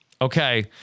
Okay